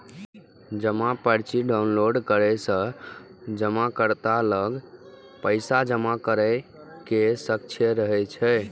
जमा पर्ची डॉउनलोड करै सं जमाकर्ता लग पैसा जमा करै के साक्ष्य रहै छै